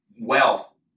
wealth